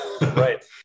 Right